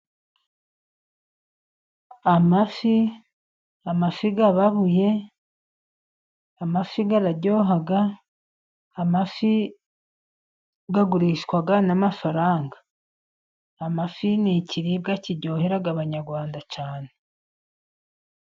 Amafi amafi ababuye, amafi araryoha, amafi agurishwa n'amafaranga, amafi ni ikiribwa kiryohera Abanyarwanda cyane.